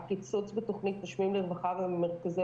הקיצוץ בתוכנית "נושמים לרווחה" ובמרכזי